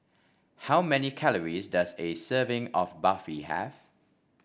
how many calories does a serving of Barfi have